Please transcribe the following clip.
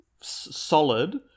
solid